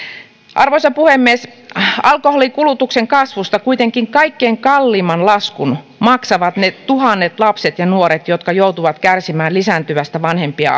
arvoisa puhemies alkoholinkulutuksen kasvusta kuitenkin kaikkein kalleimman laskun maksavat ne tuhannet lapset ja nuoret jotka joutuvat kärsimään vanhempien